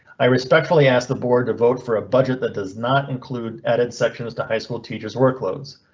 i respectfully asked the board to vote for a budget that does not include added sections to high school teachers workloads.